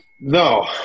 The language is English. No